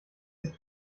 ist